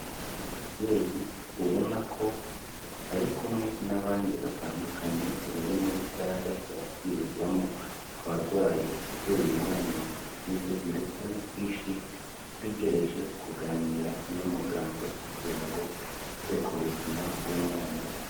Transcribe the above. Umubyeyi ubona ko ari kumwe n'abandi batandukanye bari muri sale yakirirwamo abarwayi, uteruye umwana mu ntoki ze ndetse n'ifishi ategereje kuganira n'umuganga kugira ngo yite ku buzima bw'umwana we.